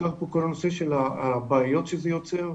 הוזכר פה כל הנושא של הבעיות שזה יוצר,